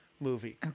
movie